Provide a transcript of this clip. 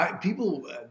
People